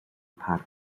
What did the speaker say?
part